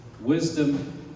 wisdom